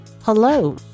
hello